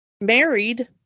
married